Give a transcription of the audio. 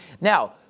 Now